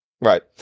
Right